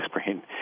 screen